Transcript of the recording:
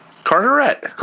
Carteret